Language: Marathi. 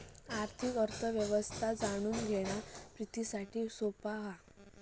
आर्थिक अर्थ व्यवस्था जाणून घेणा प्रितीसाठी सोप्या हा